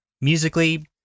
Musically